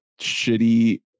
shitty